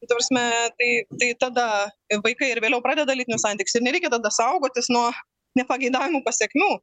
ta prasme tai tai tada vaikai ir vėliau pradeda lytinius santykius ir nereikia tada saugotis nuo nepageidaujamų pasekmių